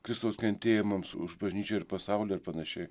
kristaus kentėjimams už bažnyčią ir pasaulį ir panašiai